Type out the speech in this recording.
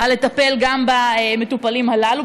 כדי לטפל גם במטופלים הללו,